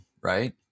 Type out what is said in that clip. right